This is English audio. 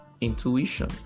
intuition